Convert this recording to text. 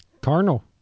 Carnal